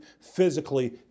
physically